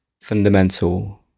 fundamental